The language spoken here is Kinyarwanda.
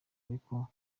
ariko